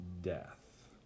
death